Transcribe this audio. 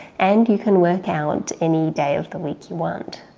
and you can work out any day of the week you want.